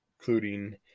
including